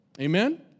Amen